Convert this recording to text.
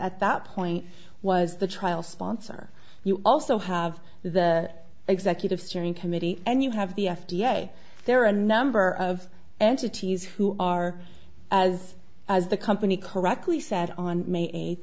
at that point was the trial sponsor you also have the executive steering committee and you have the f d a there are a number of entities who are as as the company correctly said on may eighth